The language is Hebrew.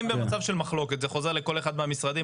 אם במצב של מחלוקת זה חוזר לכל אחד מהמשרדים,